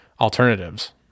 alternatives